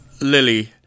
Lily